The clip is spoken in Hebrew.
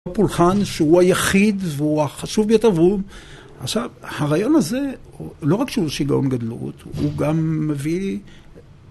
הפולחן שהוא היחיד והוא החשוב ביותר והוא.. עכשיו הרעיון הזה לא רק שהוא שיגעון גדלות הוא גם מביא